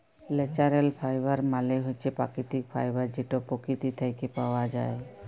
ল্যাচারেল ফাইবার মালে হছে পাকিতিক ফাইবার যেট পকিতি থ্যাইকে পাউয়া যায়